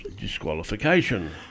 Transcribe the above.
disqualification